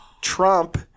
Trump